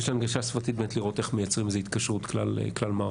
באמת לראות איך מייצרים איזו התקשרות כלל-מערכתית.